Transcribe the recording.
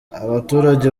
abaturage